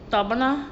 tak pernah